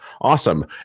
awesome